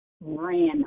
ran